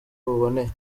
buboneye